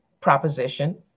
proposition